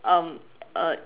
um err